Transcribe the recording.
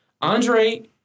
Andre